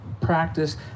practice